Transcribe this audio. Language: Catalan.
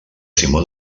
simó